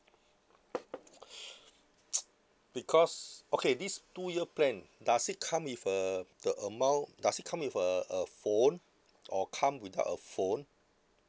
because okay this two year plan does it come with a the amount does it come with a a phone or come without a phone